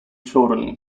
children